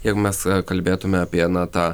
jeigu mes kalbėtume apie na tą